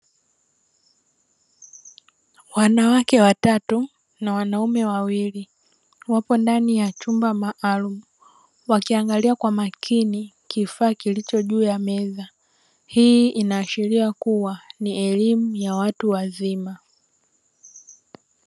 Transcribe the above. Wanawake watatu na wanaume wawili, wapo ndani ya chumba maalumu, wakiangalia kwa makini kifaa kilicho juu ya meza. Hii inaashiria kuwa ni elimu ya watu wazima.